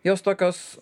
jos tokios